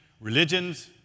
religions